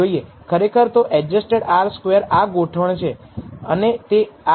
તેથી F સ્ટેટિસ્ટિક્સને જોવા માટે સ્લોપ પરિમાણો નોંધપાત્ર છે કે નહીં તે મહત્વપૂર્ણ છે તે નક્કી કરવાની બીજી રીત